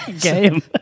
game